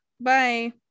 Bye